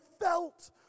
felt